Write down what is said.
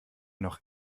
noch